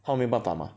他们没有办法 mah